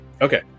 Okay